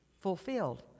fulfilled